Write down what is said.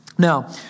Now